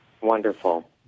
Wonderful